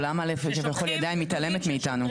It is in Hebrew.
או למה היא עדיין מתעלמת מאיתנו.